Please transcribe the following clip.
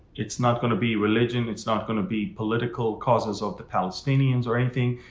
it's not gonna be religion. it's not gonna be political causes of the palestinians or anything.